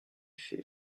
fait